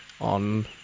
on